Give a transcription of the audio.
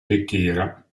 ritira